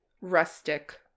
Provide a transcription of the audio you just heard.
Rustic